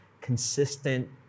consistent